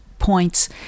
points